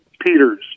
Peters